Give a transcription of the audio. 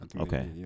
Okay